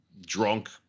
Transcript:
drunk